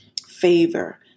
favor